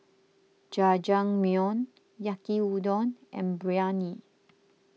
Jajangmyeon Yaki Udon and Biryani